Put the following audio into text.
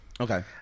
Okay